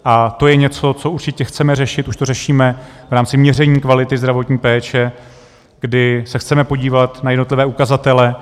A to je něco co určitě chceme řešit, už to řešíme v rámci měření kvality zdravotní péče, kdy se chceme podívat na jednotlivé ukazatele.